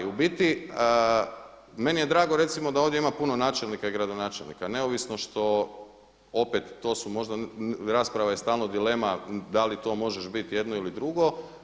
U biti meni je drago recimo da ovdje ima puno načelnika i gradonačelnika neovisno što opet to su možda, rasprava je stalno dilema da li to možeš biti jedno ili drugo.